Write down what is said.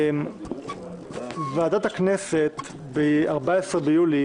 ועדת הכנסת ב-14 ביולי